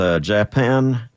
Japan